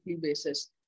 basis